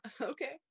okay